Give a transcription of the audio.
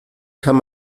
kann